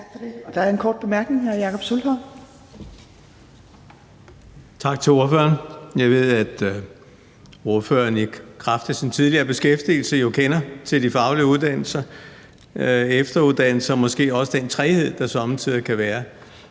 Tak til ordføreren. Jeg ved, at ordføreren i kraft af sin tidligere beskæftigelse jo kender til de faglige uddannelser og efteruddannelser og måske også den træghed, der somme tider kan være.